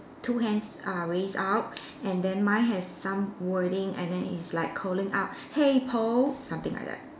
two hands are raised out and then mine has some wording and then it's like calling out hey Paul something like that